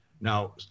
now